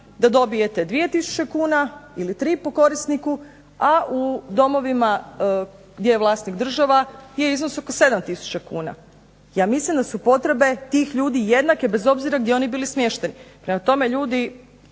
da dobijete 2 tisuće kuna ili 3 po korisniku, a u domovima gdje je vlasnik država je iznos oko 7 tisuća kuna. Ja mislim da su potrebe tih ljudi jednake bez obzira gdje oni bili smješteni. Prema tome ljudi